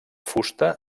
fusta